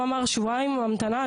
הוא אמר שבועיים המתנה,